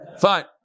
Fine